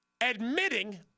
Admitting